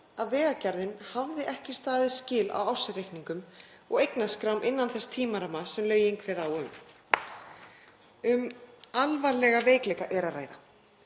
að Vegagerðin hafði ekki staðið skil á ársreikningum og eignaskrám innan þess tímaramma sem lögin kveða á um. Um alvarlega veikleika er að ræða